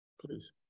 Please